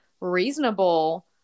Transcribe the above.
reasonable